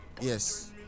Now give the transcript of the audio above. yes